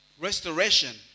restoration